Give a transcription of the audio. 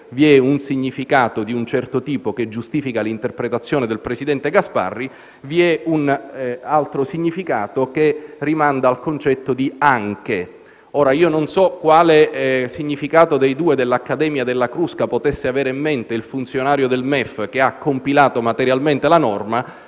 vi è un significato di un certo tipo, che giustifica l'interpretazione del presidente Gasparri, e vi è un altro significato che rimanda al concetto di «anche». Ora, non so quale dei due significati potesse avere in mente il funzionario del MEF che ha compilato materialmente la norma,